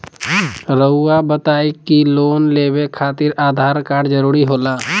रौआ बताई की लोन लेवे खातिर आधार कार्ड जरूरी होला?